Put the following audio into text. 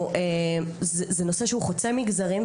זה נושא שהוא חוצה מגזרים.